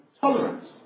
Tolerance